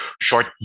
short